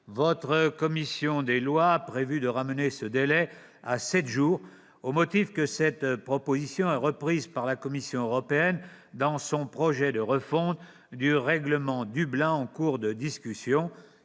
Votre commission des lois a prévu de ramener ce délai à sept jours, au motif que cette proposition est reprise par la Commission européenne dans son projet de refonte du règlement Dublin, lequel est en cours de discussion.